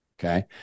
okay